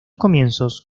comienzos